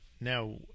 now